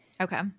Okay